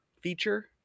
feature